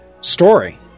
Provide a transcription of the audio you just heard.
story